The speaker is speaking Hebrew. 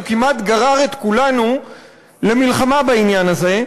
הוא כמעט גרר את כולנו למלחמה בעניין הזה.